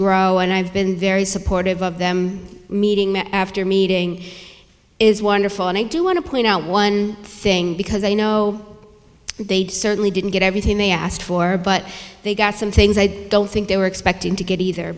grow and i've been very supportive of them meeting after meeting is wonderful and i do want to point out one thing because i know they'd certainly didn't get everything they asked for but they got some things i don't think they were expecting to get either